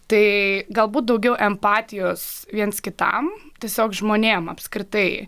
tai galbūt daugiau empatijos viens kitam tiesiog žmonėm apskritai